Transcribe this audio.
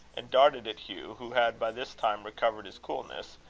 and darted at hugh, who had by this time recovered his coolness,